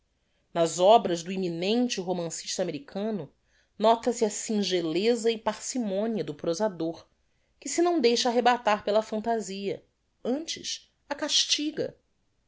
nas obras do iminente romancista americano nota-se a singeleza e parcimonia do prosador que se não deixa arrebatar pela fantazia antes a castiga